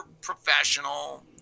professional